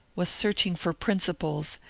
was searching for principles,